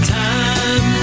time